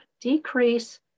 decrease